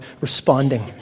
responding